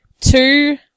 Two